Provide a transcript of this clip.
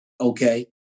Okay